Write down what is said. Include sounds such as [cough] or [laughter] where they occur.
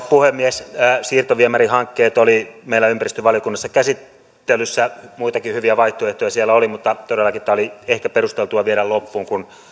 [unintelligible] puhemies siirtoviemärihankkeet olivat meillä ympäristövaliokunnassa käsittelyssä muitakin hyviä vaihtoehtoja siellä oli mutta todellakin tämä oli ehkä perusteltua viedä loppuun kun